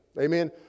Amen